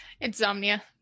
Insomnia